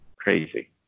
Crazy